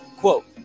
Quote